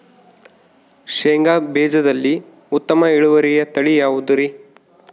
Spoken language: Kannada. ಶೇಂಗಾ ಬೇಜದಲ್ಲಿ ಉತ್ತಮ ಇಳುವರಿಯ ತಳಿ ಯಾವುದುರಿ?